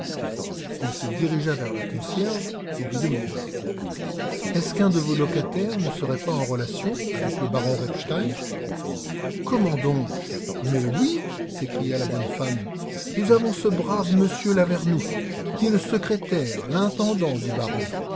il se dirigea vers la concierge et lui demanda est-ce qu'un de vos locataires ne serait pas en relation avec le baron repstein comment donc mais oui s'écria la bonne femme nous avons ce brave m lavernoux qui est le secrétaire l'intendant du baron